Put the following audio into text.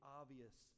obvious